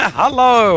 hello